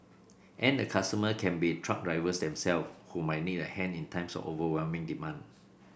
and the customer can be truck drivers themselves who might need a hand in times of overwhelming demand